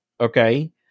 okay